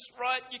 right